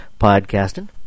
Podcasting